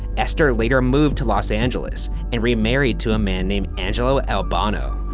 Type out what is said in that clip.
esther later moved to los angeles, and remarried to a man named angelo albano.